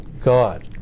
God